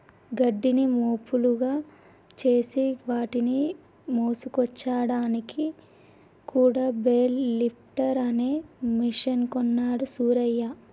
గడ్డిని మోపులుగా చేసి వాటిని మోసుకొచ్చాడానికి కూడా బెల్ లిఫ్టర్ అనే మెషిన్ కొన్నాడు సూరయ్య